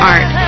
Art